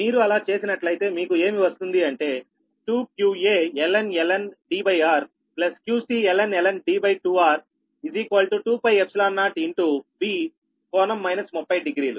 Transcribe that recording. మీరు అలా చేసినట్లయితే మీకు ఏమి వస్తుంది అంటే 2qaln Drqcln D2r2π0V∟ 30డిగ్రీలు